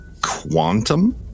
quantum